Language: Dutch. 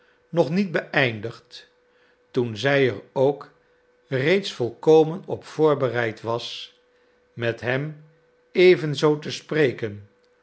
nog niet geëindigd toen zij er ook reeds volkomen op voorbereid was met hem evenzoo te spreken